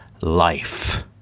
life